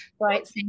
right